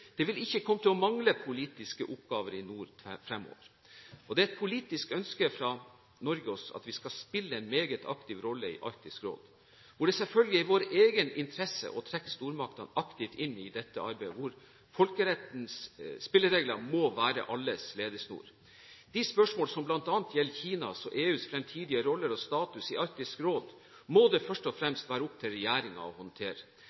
Det vil ikke komme til å mangle politiske oppgaver i nord fremover. Det er et politisk ønske også fra Norge at vi skal spille en meget aktiv rolle i Arktisk råd, hvor det selvfølgelig er i vår egen interesse å trekke stormaktene aktivt inn i dette arbeidet, og hvor folkerettens spilleregler må være alles ledesnor. De spørsmål som bl.a. gjelder Kinas og EUs fremtidige rolle og status i Arktisk råd, må det først og fremst være opp til regjeringen å håndtere.